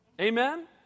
Amen